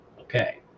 okay